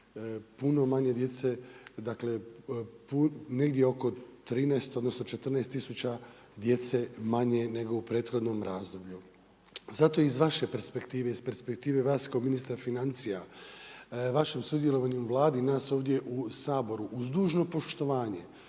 puno manje djece negdje oko 13 odnosno 14 tisuća djece manje nego u prethodnom razdoblju. Zato iz vaše perspektive iz perspektive vas kao ministra financija, vašem sudjelovanju Vladi i nas ovdje u Saboru uz dužno poštovanje